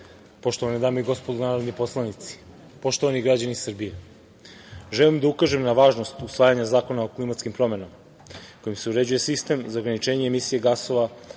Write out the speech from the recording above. poštovane dame i gospodo narodni poslanici, poštovani građani Srbije, želim da ukažem na važnost usvajanja Zakona o klimatskim promenama, kojim se uređuje sistem za ograničenje emisije gasova